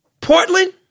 Portland